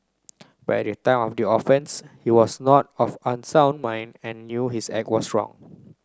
but at the time of the offence he was not of unsound mind and knew his act was wrong